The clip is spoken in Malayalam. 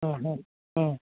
ആണോ ആ